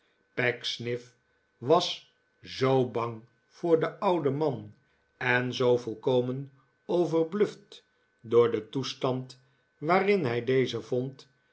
pecksniff was zoo bang voor den ouden man en zoo volkomen overbluft door den toestand waarin hij dezen vond